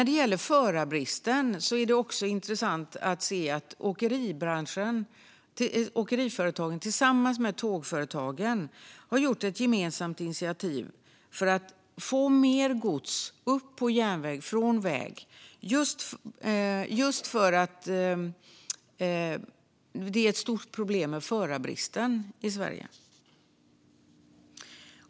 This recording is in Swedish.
Det är också intressant att se att åkeriföretagen och tågföretagen har tagit ett gemensamt initiativ för att få upp mer gods på järnväg från väg just därför att det är ett stort problem med förarbristen i Sverige.